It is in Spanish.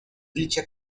dicha